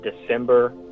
December